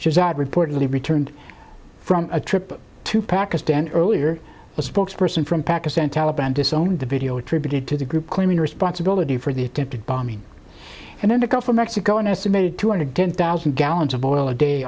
she reportedly returned from a trip to pakistan earlier a spokesperson from pakistan taliban disowned the video tribute to the group claiming responsibility for the attempted bombing and in the gulf of mexico an estimated two hundred ten thousand gallons of oil a day